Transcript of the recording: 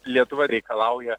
lietuva reikalauja